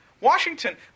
Washington